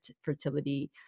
fertility